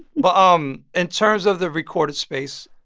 but um in terms of the recorded space,